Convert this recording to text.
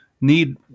need